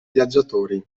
viaggiatori